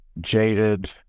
jaded